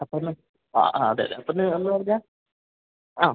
അപ്പോളെന്ന് ആ ആ അതെ അതെ അപ്പോളെന്ന് പറഞ്ഞാല് ആ